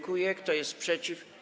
Kto jest przeciw?